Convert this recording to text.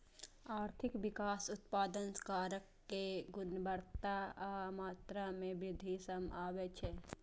आर्थिक विकास उत्पादन कारक के गुणवत्ता आ मात्रा मे वृद्धि सं आबै छै